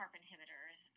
inhibitors